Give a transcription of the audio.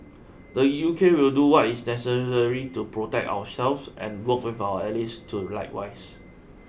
the U K will do what is necessary to protect ourselves and work with our allies to likewise